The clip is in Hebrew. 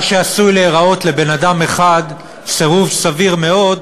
מה שעשוי להיראות לבן-אדם אחד סירוב סביר מאוד,